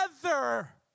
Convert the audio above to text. together